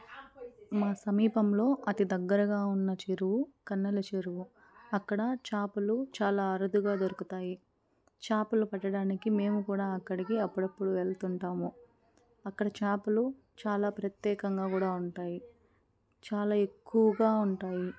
మా సమీపంలో అతి దగ్గరగా ఉన్న చెరువు కన్నెల చెరువు అక్కడ చాపలు చాలా అరుదుగా దొరుకుతాయి చాపలు పట్టడానికి మేము కూడా అక్కడికి అప్పుడప్పుడు వెళ్తుంటాము అక్కడ చాపలు చాలా ప్రత్యేకంగా కూడా ఉంటాయి చాలా ఎక్కువగా ఉంటాయి